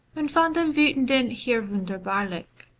und von dem wtitenden heer wunderbarlich.